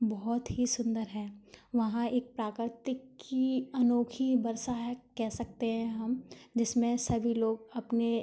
बहुत ही सुंदर है वहाँ एक प्रकृति की अनोखी वर्षा है कह सकते हैं हम जिसमें सभी लोग अपने